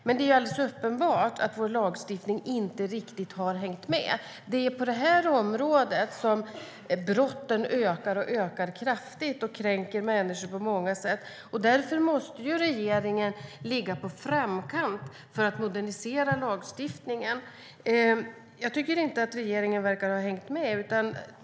Men det är alldeles uppenbart att vår lagstiftning inte riktigt har hängt med. Det är på det här området som brotten kraftigt ökar och kränker människor på många sätt. Därför måste regeringen ligga i framkant för att modernisera lagstiftningen. Regeringen verkar inte ha hängt med.